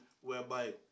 whereby